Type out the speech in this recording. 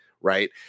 right